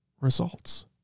results